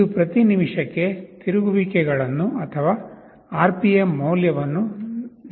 ಇದು ಪ್ರತಿ ನಿಮಿಷಕ್ಕೆ ತಿರುಗುವಿಕೆಗಳನ್ನು ಅಥವಾ RPM ಮೌಲ್ಯವನ್ನು ನಿಮಗೆ ನೀಡುತ್ತದೆ